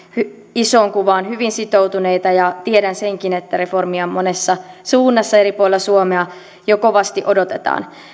isoon kuvaan hyvin sitoutuneita tiedän senkin että reformia monessa suunnassa eri puolilla suomea jo kovasti odotetaan